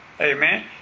Amen